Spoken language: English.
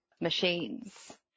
machines